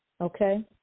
Okay